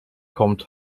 kommt